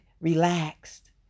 relaxed